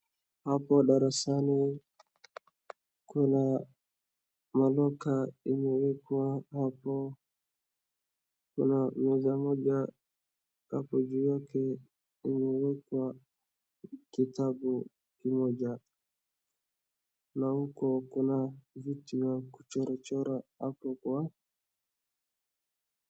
Hapo darasani kuna maloka imewekwa hapa, kuna meza moja hapo juu yake imewekwa kitabu kimoja na huko kuna vitu zimechorwachorwa hapo kwa.